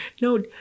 No